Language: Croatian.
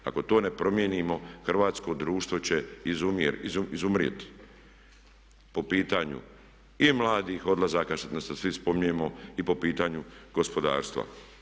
Ako to ne promijenimo hrvatsko društvo će izumrijeti po pitanju i mladih odlaska koje svi spominjemo i po pitanju gospodarstva.